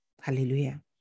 Hallelujah